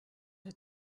had